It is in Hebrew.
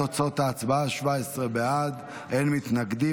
ועדת הכנסת.